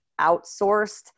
outsourced